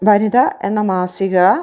വനിത എന്ന മാസിക